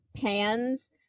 pans